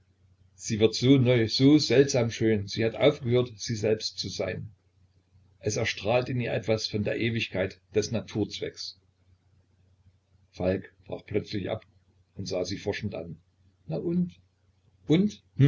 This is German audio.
sie wird so neu so seltsam schön sie hat aufgehört sie selbst zu sein es erstrahlt in ihr etwas von der ewigkeit des naturzweckes falk brach plötzlich ab und sah sie forschend an na und und